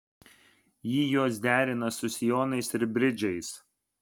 ji juos derina su sijonais ir bridžais